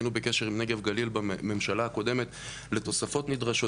היינו בקשר עם נגב גליל בממשלה הקודמת לתוספות נדרשות,